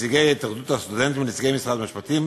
התאחדות הסטודנטים, נציגי משרד המשפטים,